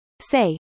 say